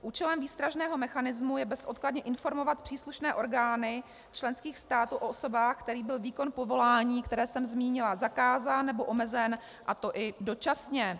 Účelem výstražného mechanismu je bezodkladně informovat příslušné orgány členských států o osobách, kterým byl výkon povolání, které jsem zmínila, zakázán nebo omezen, a to i dočasně.